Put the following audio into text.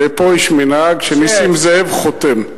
ופה יש מנהג שנסים זאב חותם.